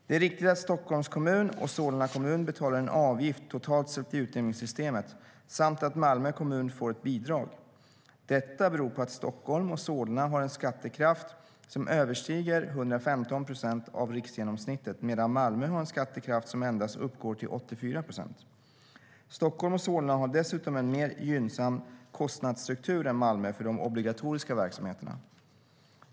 Det är riktigt att Stockholms kommun och Solna kommun betalar en avgift totalt sett i utjämningssystemet samt att Malmö kommun får ett bidrag. Detta beror på att Stockholm och Solna har en skattekraft som överstiger 115 procent av riksgenomsnittet medan Malmö har en skattekraft som endast uppgår till 84 procent. Stockholm och Solna har dessutom en mer gynnsam kostnadsstruktur än Malmö för de obligatoriska verksamheterna.